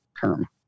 term